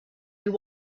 you